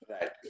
Right